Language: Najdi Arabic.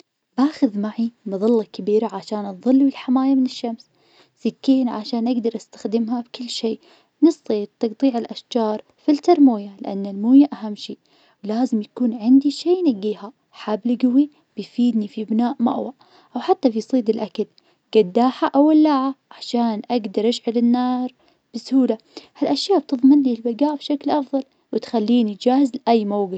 باخذ معي مظلة كبيرة عشان أتظلل حماية من الشمس, سكين عشان أقدر أستخدمها بكل شي, نصطي لتقطيع الأشجار, فلتر موية, لأن الموية أهم شي, ولازم يكون عندي شي ينقيها, حبل قوي بيفيدني في بناء مأوى, وحتى في صيد الأكل, قداحة أو ولاعة, عشان أقدر أشغل النار بسهولة, هالأشياء تضمن لي البقاء بشكل أفضل, وتخليني جاهز لأي موقف,